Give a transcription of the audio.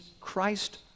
Christ